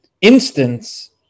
instance